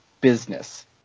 business